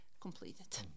completed